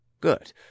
Good